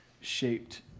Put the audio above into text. shaped